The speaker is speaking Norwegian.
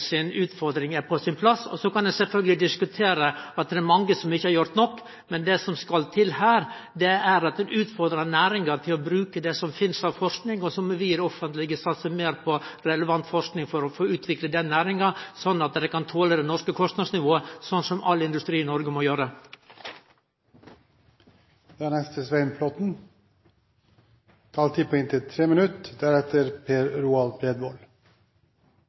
sin plass. Så kan vi sjølvsagt diskutere om det er mange som ikkje har gjort nok, men det som skal til her, er at ein utfordrar næringa til å bruke det som finst av forsking, og så må vi i det offentlege satse meir på relevant forsking for å utvikle næringa, slik at ho kan tole det norske kostnadsnivået, som all industri i Noreg må gjere. Jeg skjønner at dette har utviklet seg til en debatt om hvor lite Høyre og Fremskrittspartiet har forstått eller gjør for norsk treforedling. Jeg syntes Per